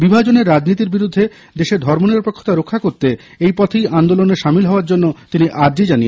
বিভাজনের রাজনীতির বিরুদ্ধে দেশের ধর্মনিরপেক্ষতা রক্ষা করতে এই পথেই আন্দোলনে সামিল হওয়ার জন্য তিনি আর্জি জানিয়েছেন